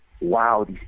wow